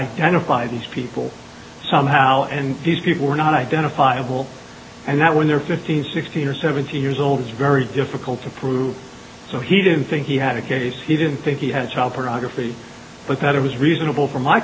identify these people somehow and these people were not identifiable and that when they're fifteen sixteen or seventeen years old it's very difficult to prove so he didn't think he had a case he didn't think he had child pornography but that it was reasonable for my